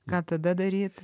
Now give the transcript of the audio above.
ką tada daryti